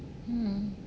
hmm